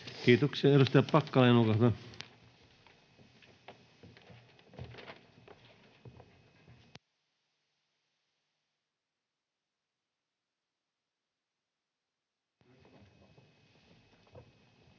unioni. Edustaja Harjanne, olkaa hyvä.